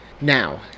now